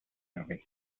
movie